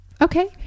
okay